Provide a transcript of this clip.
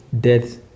deaths